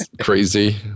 crazy